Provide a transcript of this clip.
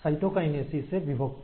cytokinesis এ বিভক্ত